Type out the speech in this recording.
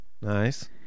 Nice